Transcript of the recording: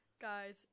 Guys